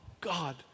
God